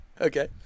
Okay